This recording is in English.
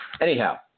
Anyhow